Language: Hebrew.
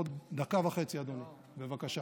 עוד דקה וחצי, אדוני, בבקשה.